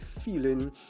Feeling